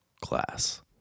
class